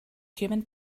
human